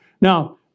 Now